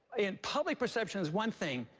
and public perception is one thing,